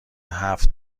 هفت